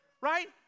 right